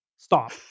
Stop